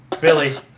Billy